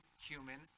human